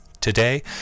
Today